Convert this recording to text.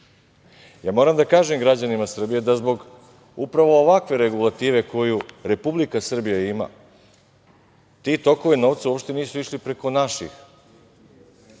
evra. Moram da kažem građanima Srbije da zbog upravo ovakve regulative koju Republika Srbija ima ti tokovi novca uopšte nisu išli preko naših